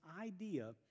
idea